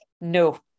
no